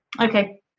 Okay